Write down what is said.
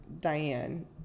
Diane